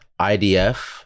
IDF